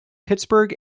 pittsburgh